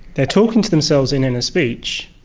they are talking to themselves in inner speech,